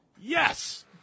Yes